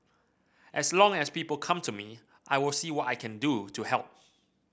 as long as people come to me I will see what I can do to help